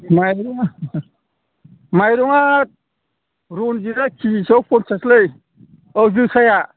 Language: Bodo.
माइरंआ माइरंआ रन्जिता खेजिसेआव फनसासलै अ जोसाया